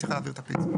צריך להעביר את הפיצוי.